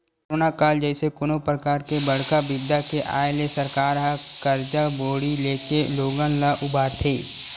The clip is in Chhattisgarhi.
करोना काल जइसे कोनो परकार के बड़का बिपदा के आय ले सरकार ह करजा बोड़ी लेके लोगन ल उबारथे